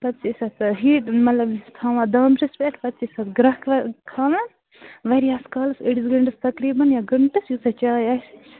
پَتہٕ چھِ أسۍ اَتھ پٮ۪ٹھ ہیٖٹ مطلب تھاوان دانٛمبرِس پٮ۪ٹھ پَتہٕ چھِ أسۍ اَتھ گرٛٮ۪کھ کھا کھالان واریاہَس کالَس أڑِس گٲنٛٹَس تَقریٖباً یا گھنٛٹَس ییٖژاہ چاے آسہِ